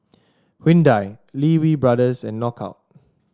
Hyundai Lee Wee Brothers and Knockout